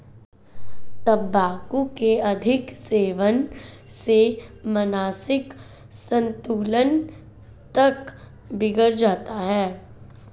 तंबाकू के अधिक सेवन से मानसिक संतुलन तक बिगड़ जाता है